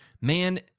man